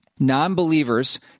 Non-believers